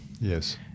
Yes